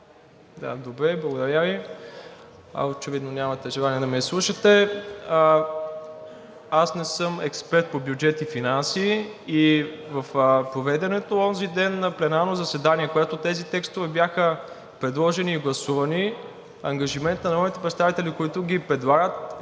Добре, благодаря Ви. Очевидно нямате желание да ме изслушате. Аз не съм експерт по бюджет и финанси и в проведеното онзи- ден пленарно заседание, на което тези текстове бяха предложени и гласувани, ангажимент на народните представители, които ги предлагат, е